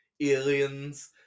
aliens